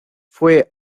fue